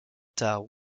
tard